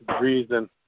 reason